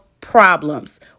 problems